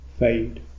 fade